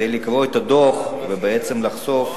כדי לקרוא את הדוח ובעצם לחשוף